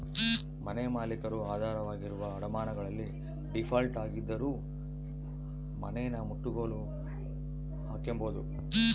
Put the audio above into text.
ಮನೆಮಾಲೀಕರು ಆಧಾರವಾಗಿರುವ ಅಡಮಾನಗಳಲ್ಲಿ ಡೀಫಾಲ್ಟ್ ಆಗಿದ್ದರೂ ಮನೆನಮುಟ್ಟುಗೋಲು ಹಾಕ್ಕೆಂಬೋದು